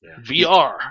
VR